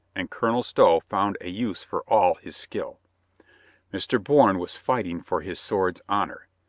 and colonel stow found a use for all his skill mr. bourne was fighting for his sword's honor.